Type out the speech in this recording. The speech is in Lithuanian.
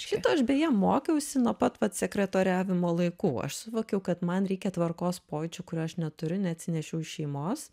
šito aš beje mokiausi nuo pat vat sekretoriavimo laikų aš suvokiau kad man reikia tvarkos pojūčio kurio aš neturiu neatsinešiau iš šeimos